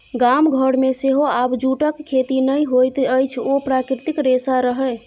गाम घरमे सेहो आब जूटक खेती नहि होइत अछि ओ प्राकृतिक रेशा रहय